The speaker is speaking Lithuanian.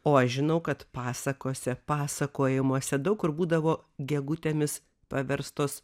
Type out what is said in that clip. o aš žinau kad pasakose pasakojimuose daug kur būdavo gegutėmis paverstos